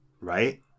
right